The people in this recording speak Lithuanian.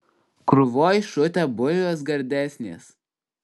krūvoj šutę bulvės gardesnės